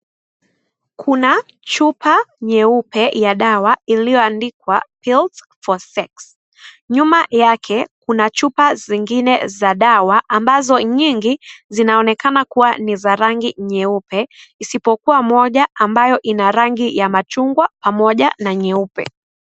Kuna chupa nyeupe ya dawa iliyoandikwa pills for sex nyuma yake kuna chupa zingine za dawa ambazo nyingi zinaonekana kuwa ni za rangi nyeupe isipokuwa moja ambayo ina rangi ya machungwa pamoja na nyeupe.